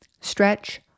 stretch